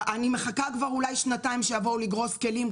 אני מחכה כבר אולי שנתיים שיבואו לגרוס כלים,